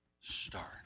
start